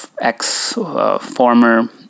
ex-former